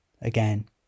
again